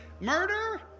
Murder